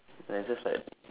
and it's just like